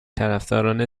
طرفداران